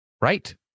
Right